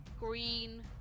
green